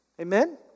Amen